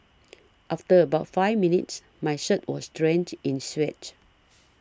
after about five minutes my shirt was drenched in sweat